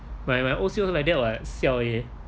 my O_C also like that [what] siao eh